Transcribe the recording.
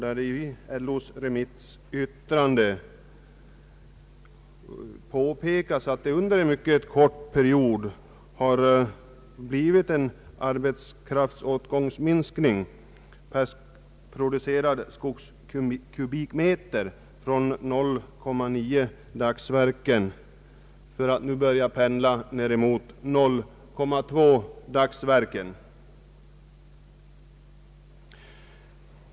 I LO:s remissyttrande påpekas att det under en mycket kort period uppstått en minskning i arbetskraftsåtgången per producerad skogskubikmeter från 0,9 dagsverken ned mot nu 0,2 dagsverken.